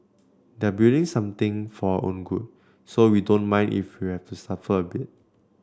they're building something for our own good so we don't mind if we have to suffer a bit